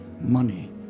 money